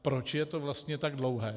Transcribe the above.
proč je to vlastně tak dlouhé?